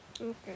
Okay